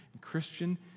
Christian